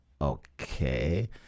okay